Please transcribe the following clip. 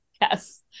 yes